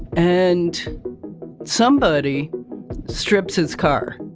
and somebody strips his car.